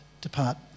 depart